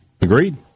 Agreed